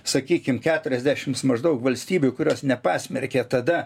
sakykim keturiasdešims maždaug valstybių kurios nepasmerkė tada